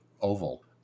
Oval